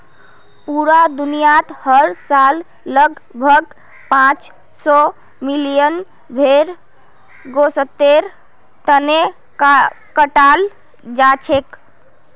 पूरा दुनियात हर साल लगभग पांच सौ मिलियन भेड़ गोस्तेर तने कटाल जाछेक